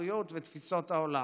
האחריות ותפיסות העולם.